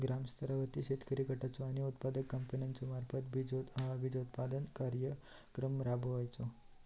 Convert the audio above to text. ग्रामस्तरावर शेतकरी गटाचो किंवा उत्पादक कंपन्याचो मार्फत बिजोत्पादन कार्यक्रम राबायचो?